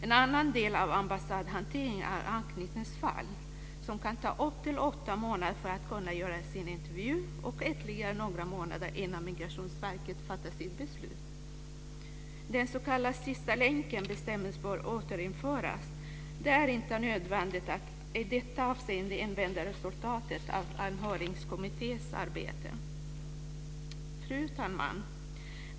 En annan del av ambassadhanteringen är anknytningsfall. Där kan det ta upp till åtta månader innan man kan göra en intervju och ytterligare några månader innan Migrationsverket fattar sitt beslut. Den s.k. sista-länken-bestämmelsen bör återinföras. Det är inte nödvändigt att i detta avseende invänta resultatet av Anhörigkommitténs arbete. Fru talman!